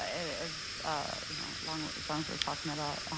as you know long as long as we are talking about